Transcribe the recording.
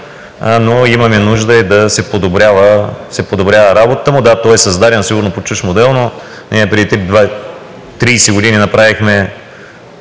и имаме нужда да се подобрява работата му. Да, той е създаден сигурно по чужд модел, но ние преди 30 години направихме